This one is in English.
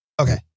okay